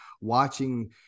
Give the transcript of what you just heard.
watching –